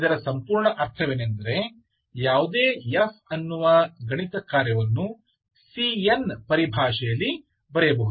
ಇದರ ಸಂಪೂರ್ಣ ಅರ್ಥವೇನೆಂದರೆ ಯಾವುದೇ f ಅನ್ನುವ ಗಣಿತಕಾರ್ಯವನ್ನು cn ಪರಿಭಾಷೆಯಲ್ಲಿ ಬರೆಯಬಹುದು